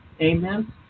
amen